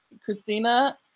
Christina